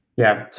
yeah, so,